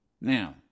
Now